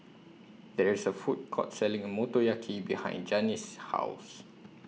There IS A Food Court Selling Motoyaki behind Jannie's House